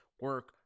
Work